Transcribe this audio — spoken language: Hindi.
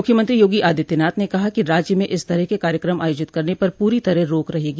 मुख्यमंत्री योगी आदित्यनाथ ने कहा है कि राज्य में इस तरह के कार्यक्रम आयोजित करने पर पूरी तरह रोक रहेगी